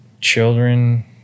children